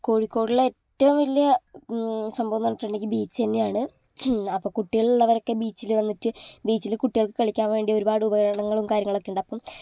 കോഴിക്കോടുള്ള ഏറ്റവും വലിയ സംഭവമെന്നു പറഞ്ഞിട്ടുണ്ടെങ്കിൽ ബീച്ച് തന്നെയാണ് അപ്പോൾ കുട്ടികളുള്ളവരൊക്കെ ബീച്ചിൽ വന്നിട്ട് ബീച്ചിൽ കുട്ടികൾക്ക് കളിക്കാൻ വേണ്ടിയിട്ട് ഒരുപാടുപകരണങ്ങളും കാര്യങ്ങളൊക്കെ ഉണ്ട് അപ്പം